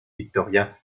victoria